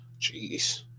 Jeez